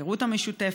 ההיכרות המשותפת,